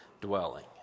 dwelling